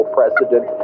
precedent